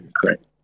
Correct